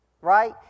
Right